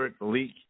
leak